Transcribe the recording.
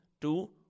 two